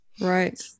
Right